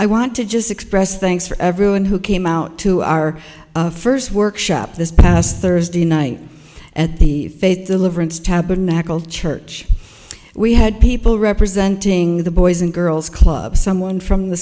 i want to just express thanks for everyone who came out to our first workshop this past thursday night at the faith deliverance tabernacle church we had people representing the boys and girls club someone from the